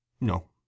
No